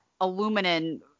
aluminum